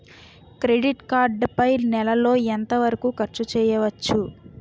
Credit card పై నెల లో ఎంత వరకూ ఖర్చు చేయవచ్చు?